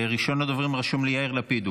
ראשון הדוברים, רשום לי יאיר לפיד.